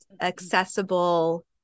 accessible